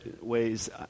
ways